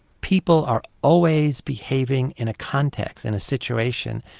people are always behaving in a context, in a situation,